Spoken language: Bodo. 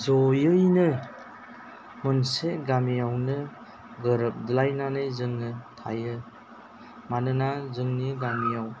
ज'यैनो मोनसे गामियावनो गोरोबलायनानै जोङो थायो मानोना जोंनि गामियाव